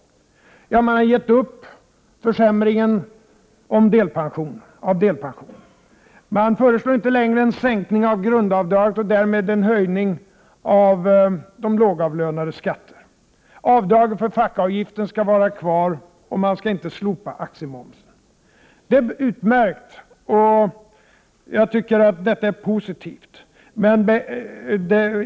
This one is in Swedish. Jo, folkpartiet har gett upp tanken på att försämra delpensionen. De föreslår inte längre en sänkning av grundavdraget och därmed en höjning av de lågavlönades skatter. Avdraget för fackföreningsavgifter skall bestå, och aktiemomsen skall inte slopas. Det är utmärkt. Jag tycker att detta är positivt.